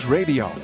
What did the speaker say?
Radio